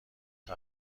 حتی